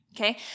okay